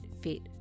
fit